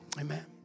Amen